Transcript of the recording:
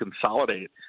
consolidate